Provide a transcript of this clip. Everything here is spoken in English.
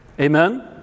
Amen